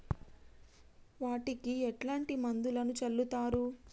వాటికి ఎట్లాంటి మందులను చల్లుతరు?